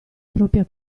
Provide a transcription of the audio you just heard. propria